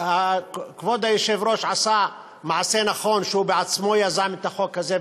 שכבוד היושב-ראש עשה מעשה נכון שהוא בעצמו יזם את החוק הזה,